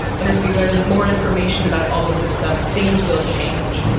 and as we learn more information about all of this stuff, things will change.